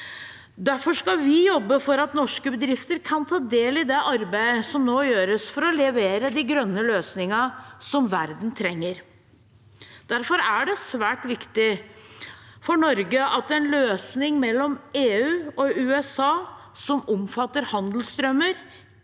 Derfor skal vi jobbe for at norske bedrifter kan ta del i det arbeidet som nå gjøres for å levere de grønne løsningene som verden trenger. Derfor er det svært viktig for Norge at en løsning mellom EU og USA som omfatter handelsstrømmer,